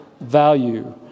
value